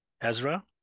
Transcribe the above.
Ezra